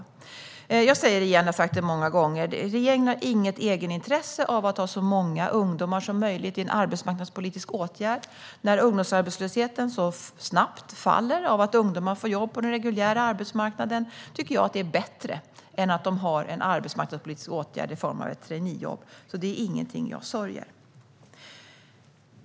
Jag säger det igen - jag har sagt det många gånger: Regeringen har inget egenintresse av att ha så många ungdomar som möjligt i en arbetsmarknadspolitisk åtgärd. När ungdomsarbetslösheten snabbt minskar av att ungdomar får jobb på den reguljära arbetsmarknaden tycker jag att det är bättre än att de har en arbetsmarknadspolitisk åtgärd i form av ett traineejobb. Detta är ingenting jag sörjer.